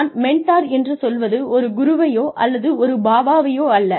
நான் மெண்டார் என்று சொல்வது ஒரு குருவையோ அல்லது ஒரு பாபாவையோ அல்ல